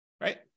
right